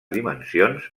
dimensions